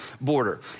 border